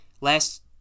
last